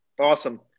awesome